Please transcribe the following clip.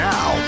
Now